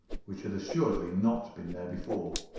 which had assuredly not been there before.